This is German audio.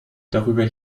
darüber